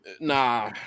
Nah